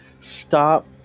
stop